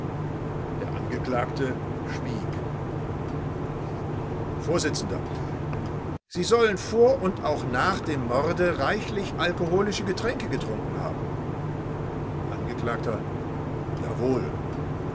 der angeklagte schwieg vors sie sollen vor und auch nach dem morde reichlich alkoholische getränke getrunken haben angekl jawohl